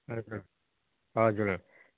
हजुर हजुर